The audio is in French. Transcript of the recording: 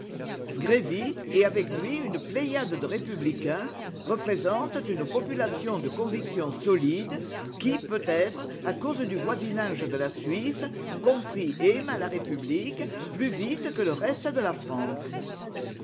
grévy et avec lui une pléiade de républicains représentent une population de convictions solides qui peut-être à cause du voisinage de la suisse comprit et aima la république plus vite que le reste de la france